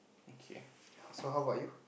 okay